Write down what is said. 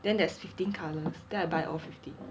then there's fifteen colours then I buy all fifty